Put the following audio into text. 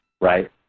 right